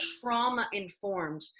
trauma-informed